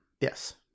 Yes